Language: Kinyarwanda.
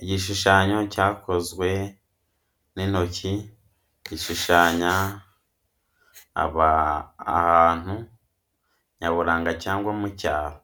Igishushanyo cyakozwe n’intoki gishushanya ahantu nyaburanga cyangwa mu cyaro.